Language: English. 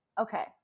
Okay